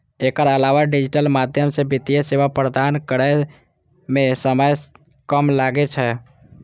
एकर अलावा डिजिटल माध्यम सं वित्तीय सेवा प्रदान करै मे समय कम लागै छै